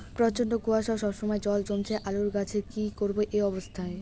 প্রচন্ড কুয়াশা সবসময় জল জমছে আলুর গাছে কি করব এই অবস্থায়?